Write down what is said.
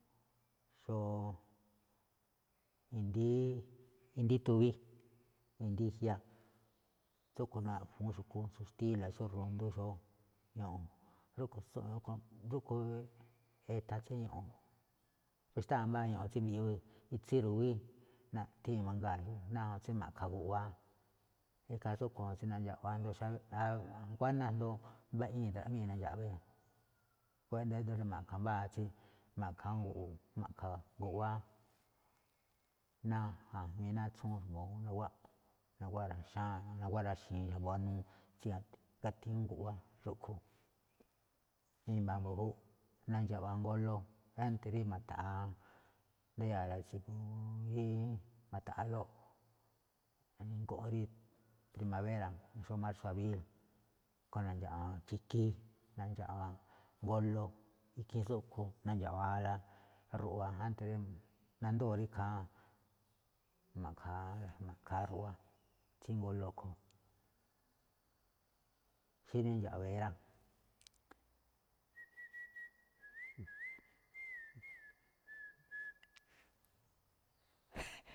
Xó i̱ndi̱í, i̱ndi̱í tubí, i̱ndi̱í jia, tsúꞌkhue̱n naꞌphu̱ún xu̱kú xó xtíla̱ xó rundú xó ño̱ꞌo̱n. Rúꞌkhue̱n, rúꞌkhue̱n ethan tsí ño̱ꞌo̱n, xtáa mbáa ño̱ꞌo̱n tsí mbiꞌyuu itsí ru̱wi̱í, naꞌthée̱n mangaa̱ tsáa ñajuun tsí ma̱ꞌkha̱ guꞌwáá, ikhaa tsúꞌkhue̱n juun tsí nandxaꞌwá jngó nguáná asndo mba̱ꞌii̱n dra̱ꞌmíi̱n nu̱ndxa̱ꞌwee̱, xkuaꞌnii ído̱ rí ma̱ꞌkha̱ mbáa tsí ma̱kha̱ awúun ngo̱ꞌo̱o̱, ma̱ꞌkha̱ guꞌwáá, ná atsúun xa̱bo̱ maguwá, maguwá raxáa̱nꞌ, naguwá raxi̱i̱n xa̱bo̱ buanuu tsí gatiin awúun guꞌwá rúꞌkhue̱n. I̱mba̱ mbu̱júꞌ na̱ndxa̱ꞌwa̱ ngolo, ánte̱ rí ma̱ta̱ꞌa̱a̱ rí ndayáa̱ tsigu, rí ma̱ta̱ꞌa̱ꞌlóꞌ go̱nꞌ rí primabéra̱ xó márso̱ abríl, a̱ꞌkhue̱n nu̱ndxa̱ꞌwa̱ chi̱kííꞌ nu̱ndxa̱ꞌwa̱ ngolo, ikhiin tsúꞌkhue̱n nu̱dxa̱ꞌwa̱a̱la ruꞌwa ánte̱, nandúu̱n rí ikhaa ma̱ꞌkha̱a̱, ma̱ꞌkha̱a̱ ruꞌwa, tsí ngolo a̱ꞌkhue̱n, xí rí nu̱ndxa̱ꞌwe̱e̱ rá.